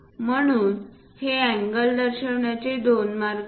म्हणून हे अँगल दर्शविण्याचे दोन मार्ग आहेत